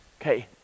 okay